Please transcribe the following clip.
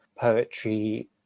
poetry